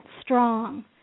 strong